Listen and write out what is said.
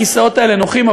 הכיסאות האלה נוחים,